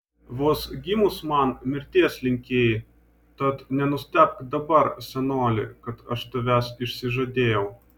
vos gimus man mirties linkėjai tad nenustebk dabar senoli kad aš tavęs išsižadėjau